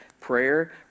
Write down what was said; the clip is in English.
Prayer